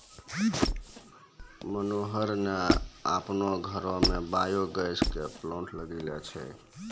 मनोहर न आपनो घरो मॅ बायो गैस के प्लांट लगैनॅ छै